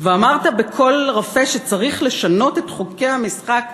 ואמרת בקול רפה שצריך לשנות את חוקי המשחק,